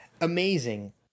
amazing